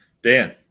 Dan